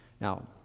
Now